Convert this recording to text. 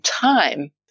time